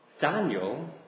Daniel